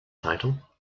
title